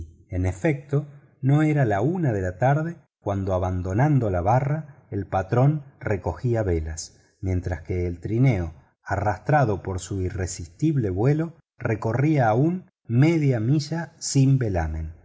en efecto no era la una de la tarde cuando abandonando la barra el patrón recogía velas mientras que el trineo arrastrado por su irresistible vuelo recorría aún media milla sin velamen